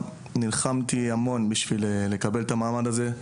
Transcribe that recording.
נלחמתי המון בשביל לקבל את המעמד הזה,